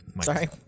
sorry